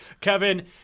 kevin